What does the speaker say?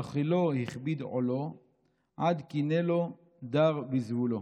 חילו / הכביד עולו / עד קינא לו / דר בזבולו.